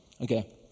Okay